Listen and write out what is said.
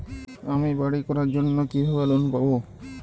আমি বাড়ি করার জন্য কিভাবে লোন পাব?